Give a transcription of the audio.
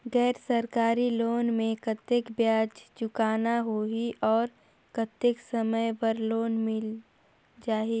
गैर सरकारी लोन मे कतेक ब्याज चुकाना होही और कतेक समय बर लोन मिल जाहि?